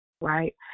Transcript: right